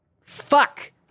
Fuck